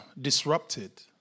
disrupted